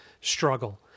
struggle